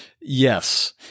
Yes